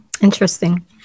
Interesting